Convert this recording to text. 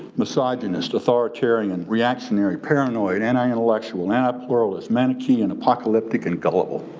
misogynist, authoritarian, reactionary, paranoid, anti-intellectual, anti-pluralist, manichaean, apocalyptic and gullible.